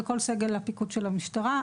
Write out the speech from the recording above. ושל כל סגל הפיקוד של המשטרה,